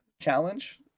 challenge